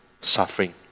suffering